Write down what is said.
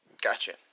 Gotcha